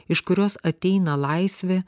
iš kurios ateina laisvė